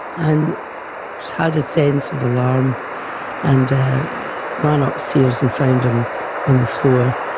and had a sense of alarm and ran upstairs and found him on the floor,